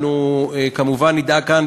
אנחנו כמובן נדאג כאן,